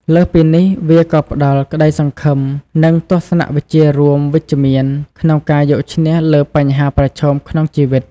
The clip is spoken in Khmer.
លើសពីនេះ វាក៏ផ្ដល់ក្តីសង្ឃឹម និងទស្សនវិជ្ជារួមវិជ្ជមានក្នុងការយកឈ្នះលើបញ្ហាប្រឈមក្នុងជីវិត។